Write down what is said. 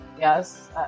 yes